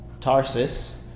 Tarsus